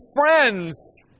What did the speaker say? friends